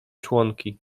członki